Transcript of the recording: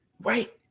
Right